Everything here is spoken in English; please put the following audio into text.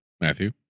Matthew